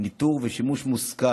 ניטור ושימוש מושכל